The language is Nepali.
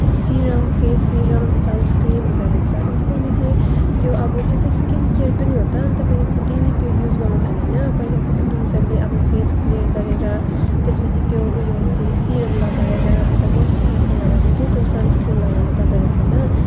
सिरम फेस सिरम सन्सक्रिम हुँदो रहेछ अन्त मैले चाहिँ त्यो अब त्यो चाहिँ स्किन केयर पनि हो त अन्त मैले चाहिँ डेली त्यो युज गर्नु थालेँ होइन पहिला चाहिँ क्लिन्जरले आफ्नो फेस क्लियर गरेर त्यसपछि त्यो ऊ यो चाहिँ सिरम लगाएर अन्त मोइस्चराइजर लगाएर चाहिँ त्यो सन्सक्रिम लगाउनु पर्दो रहेछ होइन